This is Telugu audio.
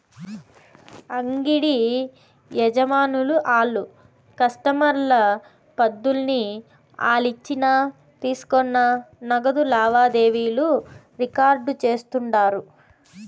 అంగిడి యజమానులు ఆళ్ల కస్టమర్ల పద్దుల్ని ఆలిచ్చిన తీసుకున్న నగదు లావాదేవీలు రికార్డు చేస్తుండారు